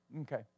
Okay